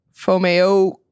Fomeo